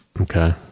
Okay